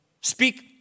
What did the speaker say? Speak